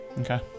okay